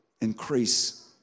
increase